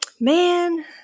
man